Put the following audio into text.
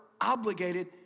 obligated